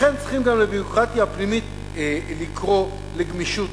לכן צריכים גם בביורוקרטיה הפנימית לקרוא לגמישות